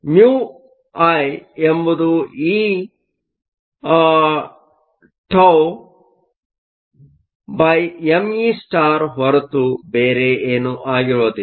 μI ಎಂಬುದು eτ1meಹೊರತು ಬೇರೇನೂ ಆಗಿರುವುದಿಲ್ಲ